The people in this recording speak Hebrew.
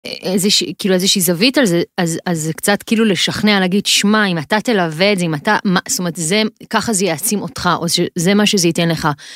איזה שהיא כאילו איזה שהיא זווית על זה אז אז קצת כאילו לשכנע להגיד שמע אם אתה תלווה את זה אם אתה מה זאת אומרת זה ככה זה יעצים אותך אז זה מה שזה ייתן לך.